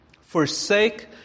forsake